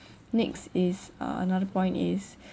next is uh another point is